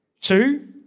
Two